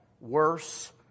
worse